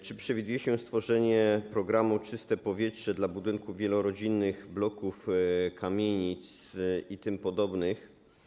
Czy przewiduje się stworzenie programu „Czyste powietrze” dla budynków wielorodzinnych: bloków, kamienic itp.